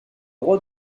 roi